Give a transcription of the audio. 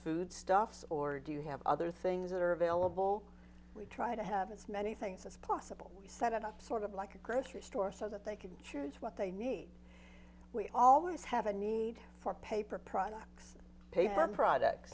food stuffs or do you have other things that are available we try to have as many things as possible set up sort of like a grocery store so that they could choose what they need we always have a need for paper products paper products